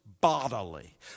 bodily